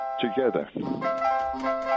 together